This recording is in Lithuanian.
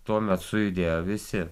tuomet sujudėjo visi